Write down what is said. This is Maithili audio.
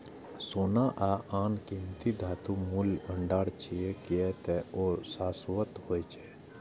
सोना आ आन कीमती धातु मूल्यक भंडार छियै, कियै ते ओ शाश्वत होइ छै